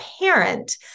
parent